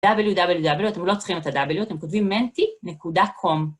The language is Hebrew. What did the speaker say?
www, אתם לא צריכים את ה-w, אתם כותבים menti.com.